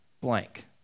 blank